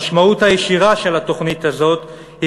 המשמעות הישירה של התוכנית הזאת היא